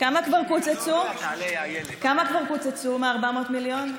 כמה כבר קוצצו מ-400 מיליון שקלים?